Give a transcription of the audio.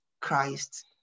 Christ